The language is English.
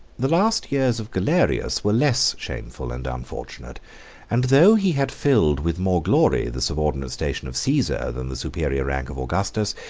the last years of galerius were less shameful and unfortunate and though he had filled with more glory the subordinate station of caesar than the superior rank of augustus,